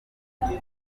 kugira